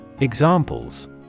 Examples